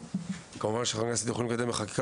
גם למה שחברי כנסת יכולים לקדם בחקיקה